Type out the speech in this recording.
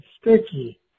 sticky